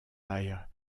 and